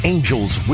Angels